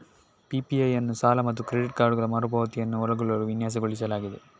PPI ಅನ್ನು ಸಾಲ ಮತ್ತು ಕ್ರೆಡಿಟ್ ಕಾರ್ಡುಗಳ ಮರು ಪಾವತಿಯನ್ನು ಒಳಗೊಳ್ಳಲು ವಿನ್ಯಾಸಗೊಳಿಸಲಾಗಿದೆ